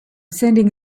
sending